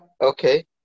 Okay